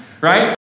right